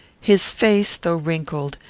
his face, though wrinkled,